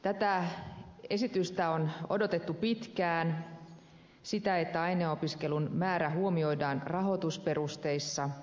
tätä esitystä on odotettu pitkään sitä että aineopiskelun määrä huomioidaan rahoitusperusteissa